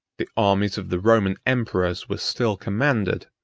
the armies of the roman emperors were still commanded,